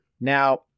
now